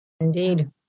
Indeed